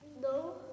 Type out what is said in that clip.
No